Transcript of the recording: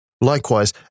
Likewise